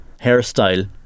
hairstyle